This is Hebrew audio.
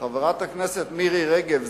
חברת הכנסת מירי רגב,